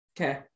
Okay